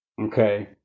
Okay